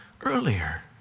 earlier